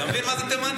אתה מבין מה זה תימני?